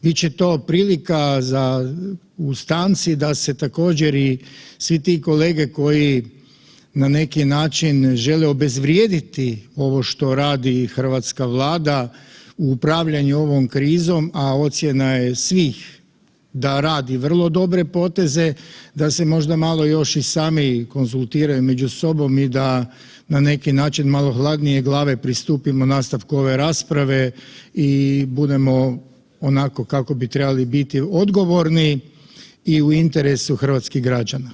Bit će to prilika u stanci da se također i svi ti kolege koji na neki način žele obezvrijediti ovo što radi hrvatska Vlada u upravljanju ovo krizom, a ocjena je svih da radi vrlo dobre poteze da se možda još malo i sami konzultiraju među sobom i da na neki način malo hladnije glave pristupimo nastavku ove rasprave i budemo onako kako bi trebali biti odgovorni i u interesu hrvatskih građana.